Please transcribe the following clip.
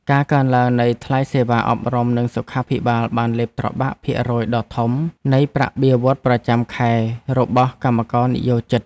ការកើនឡើងនៃថ្លៃសេវាអប់រំនិងសុខាភិបាលបានលេបត្របាក់ភាគរយដ៏ធំនៃប្រាក់បៀវត្សរ៍ប្រចាំខែរបស់កម្មករនិយោជិត។